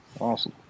Awesome